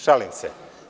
Šalim se.